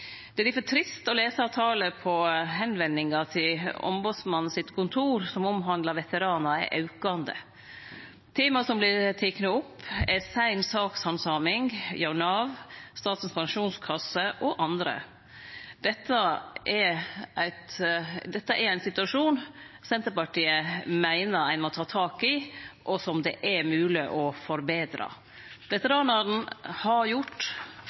Det er difor trist å lese at talet på førespurnader til ombodsmannens kontor som omhandlar veteranar, er aukande. Tema som vert tekne opp, er sein sakshandsaming hjå Nav, Statens pensjonskasse og andre. Dette er ein situasjon Senterpartiet meiner ein må ta tak i, og som det er mogleg å betre. Veteranane har gjort